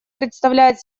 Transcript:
представляет